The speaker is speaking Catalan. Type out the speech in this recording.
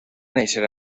néixer